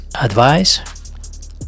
advice